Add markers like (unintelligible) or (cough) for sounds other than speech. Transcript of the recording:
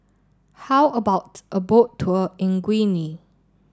how about a boat tour in (unintelligible)